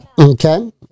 Okay